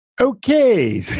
Okay